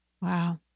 Wow